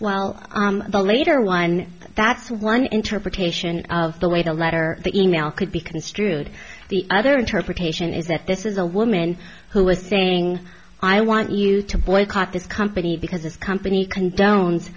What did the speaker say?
well the later one that's one interpretation of the way the letter e mail could be construed the other interpretation is that this is a woman who was saying i want you to boycott this company because this company condones